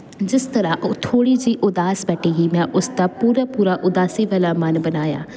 ਜਿਸ ਤਰ੍ਹਾਂ ਉਹ ਥੋੜ੍ਹੀ ਜਿਹੀ ਉਦਾਸ ਬੈਠੀ ਸੀ ਮੈਂ ਉਸਦਾ ਪੂਰਾ ਪੂਰਾ ਉਦਾਸੀ ਵਾਲਾ ਮਨ ਬਣਾਇਆ